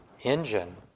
engine